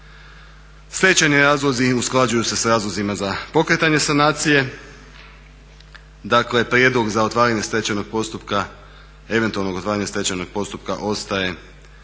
Stečajni razlozi usklađuju se s razlozima za pokretanje sanacije, dakle prijedlog za otvaranje stečajnog postupka eventualnog